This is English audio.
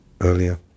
earlier